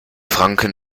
franken